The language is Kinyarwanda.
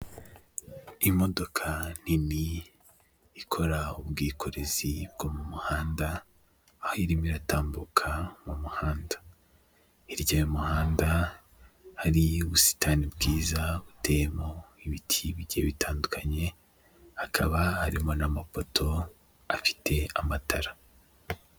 Imodoka nini ikora ubwikorezi bwo mu muhanda, aho irimo iratambuka mu muhanda, hirya y'umuhanda hari ubusitani bwiza buteyemo ibiti bigiye bitandukanye, hakaba harimo n'amapoto afite amatara.